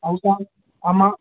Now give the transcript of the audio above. ऐं छा छामां